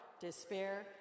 despair